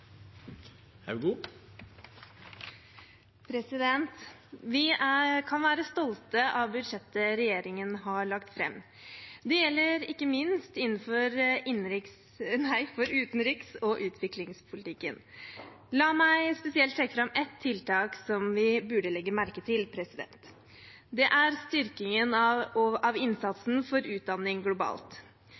neste årene. Vi kan være stolte av budsjettet regjeringen har lagt fram. Det gjelder ikke minst innenfor utenriks- og utviklingspolitikken. La meg spesielt trekke fram ett tiltak som vi burde legge merke til. Det er styrkingen av innsatsen for utdanning globalt.